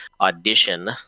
audition